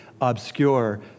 obscure